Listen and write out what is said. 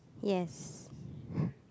yes